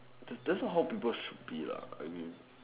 that that's not how people should be lah I mean